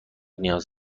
نیاز